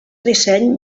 disseny